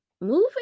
moving